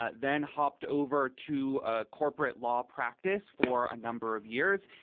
ah then hopped over to ah corporate law practice for a number of years,